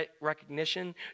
recognition